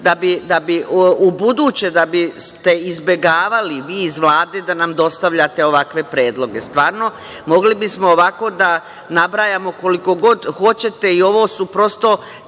da biste ubuduće izbegavali vi iz Vlade da nam dostavljate ovakve predloge. Stvarno, mogli bismo ovako da nabrajamo koliko god hoćete i ovo su prosto